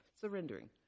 surrendering